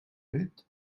fet